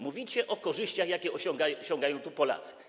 Mówicie o korzyściach, jakie osiągają tu Polacy.